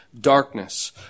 darkness